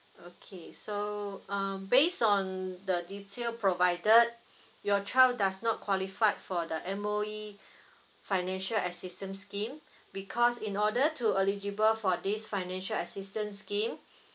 okay so um based on the detail provided your child does not qualified for the M_O_E financial assistance scheme because in order to eligible for this financial assistance scheme